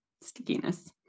stickiness